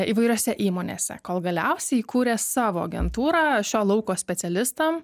įvairiose įmonėse kol galiausiai įkūrė savo agentūrą šio lauko specialistam